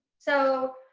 so,